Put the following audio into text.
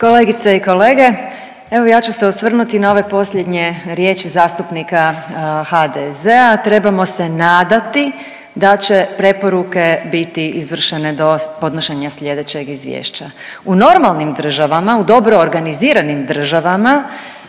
Kolegice i kolege, evo ja ću se osvrnuti na ove posljednje riječi zastupnika HDZ-a, trebamo se nadati da će preporuke biti izvršene do podnošenja sljedećeg izvješća. U normalnim državama, u dobro organiziranim državama